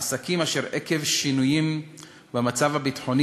עסקים אשר עקב שינויים במצב הביטחוני